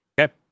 okay